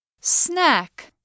Snack